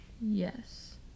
yes